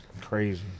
Crazy